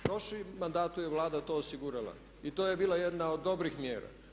U prošlom mandatu je Vlada to osigurala i to je bila jedna od dobrih mjera.